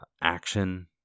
action